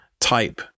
type